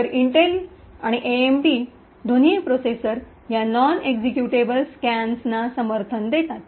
तर इंटेल आणि एएमडी दोन्ही प्रोसेसर या नॉन एक्सिक्युटेबल स्टॅकना समर्थन देतात